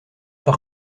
par